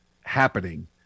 happening